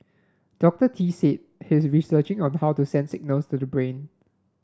Doctor Tee said he is researching on how to send signals to the brain